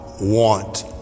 want